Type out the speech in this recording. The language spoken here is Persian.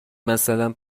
مثلا